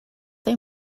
they